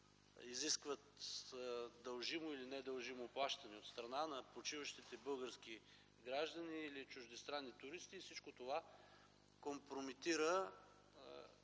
изискват дължимо или недължимо плащане от страна на почиващите български граждани или чуждестранни туристи. Всичко това компрометира